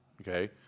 okay